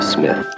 Smith